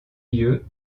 lieu